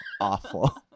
awful